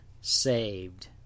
saved